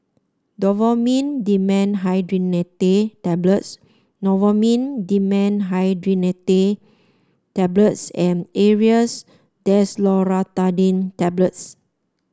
Novomin Dimenhydrinate Tablets Novomin Dimenhydrinate Tablets and Aerius Desloratadine Tablets